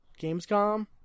Gamescom